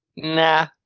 Nah